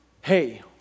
hey